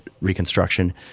reconstruction